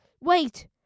Wait